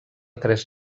tres